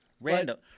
Random